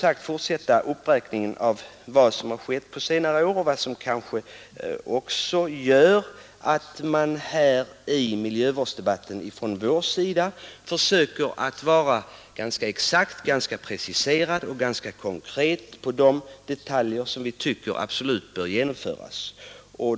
Jag vill gärna verifiera att det har hänt väldigt mycket inom miljövårdssektorn under senare år — vilket innebär att realistiska förslag måste vara konkreta och ganska exakt preciserade.